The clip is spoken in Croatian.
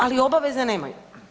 Ali obaveze nemaju.